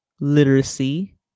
literacy